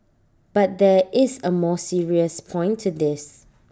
but there is A more serious point to this